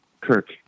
Kirk